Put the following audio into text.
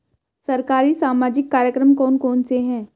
सरकारी सामाजिक कार्यक्रम कौन कौन से हैं?